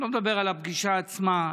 אני לא מדבר על הפגישה עצמה,